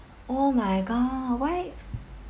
oh my god why